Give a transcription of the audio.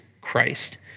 Christ